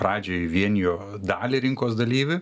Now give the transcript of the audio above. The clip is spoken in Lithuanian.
pradžiai vienijo dalį rinkos dalyvių